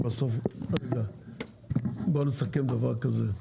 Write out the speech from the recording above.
בואו נסכם דבר כזה.